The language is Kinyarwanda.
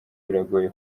biragoye